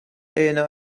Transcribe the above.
eine